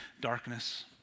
darkness